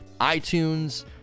itunes